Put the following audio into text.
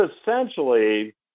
essentially